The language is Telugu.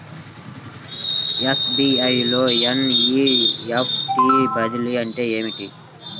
ఎస్.బీ.ఐ లో ఎన్.ఈ.ఎఫ్.టీ బదిలీ అంటే ఏమిటి?